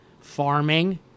farming